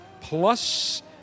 plus